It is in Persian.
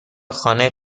خانه